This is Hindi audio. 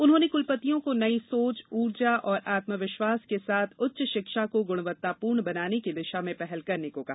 उन्होंने कुलपतियों को नई सोच ऊर्जा और आत्मविश्वास के साथ उच्च शिक्षा को गुणवत्तापूर्ण बनाने की दिशा में पहल करने को कहा